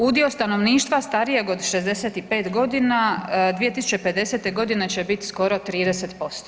Udio stanovništva starijeg od 65 godina 2050. godine će biti skoro 30%